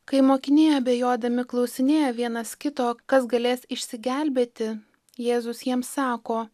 kai mokiniai abejodami klausinėja vienas kito kas galės išsigelbėti jėzus jiem sako